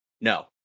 no